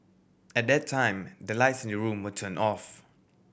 at that time the lights in the room were turned off